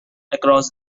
across